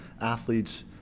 athletes